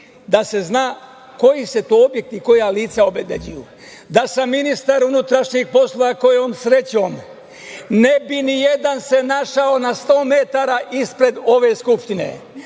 da se zna koji se to objekti i koja lica obezbeđuju. Da sam ministar unutrašnjih poslova kojom srećom, ne bi ni jedan se našao na 100 metara ispred ove Skupštine,